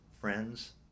friends